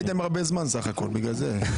גם לא הייתם הרבה זמן בסך הכול, בגלל זה.